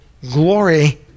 glory